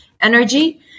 energy